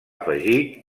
afegir